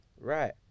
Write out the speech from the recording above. Right